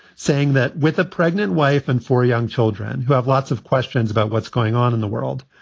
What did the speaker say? saying that with a pregnant wife and four young children who have lots of questions about what's going on in the world.